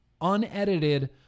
unedited